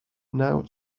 now